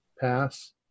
pass